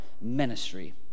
ministry